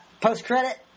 Post-credit